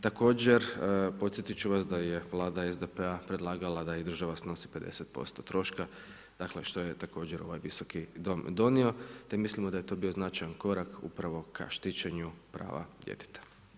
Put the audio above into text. Također podsjetit ću vas da je Vlada SDP-a predlagala da i država snosi 50% troška, dakle što je također ovaj Visoki dom donio te mislimo da je to bio značajan korak upravo ka štićenju prava djeteta.